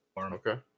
Okay